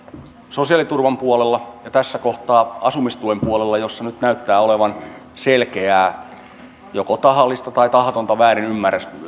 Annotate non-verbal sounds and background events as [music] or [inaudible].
sosiaaliturvan puolella ja tässä kohtaa asumistuen puolella ja siinä nyt näyttää olevan selkeää joko tahallista tai tahatonta väärinymmärrystäkin [unintelligible]